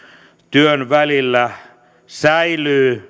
työn välillä säilyy